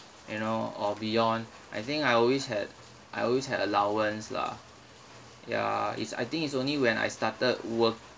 you know or beyond I think I always had I always had allowance lah ya it's I think it's only when I started work